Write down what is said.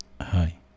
Hi